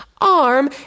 arm